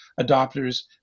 adopters